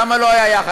למה זה לא היה יחד?